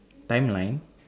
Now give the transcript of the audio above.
timeline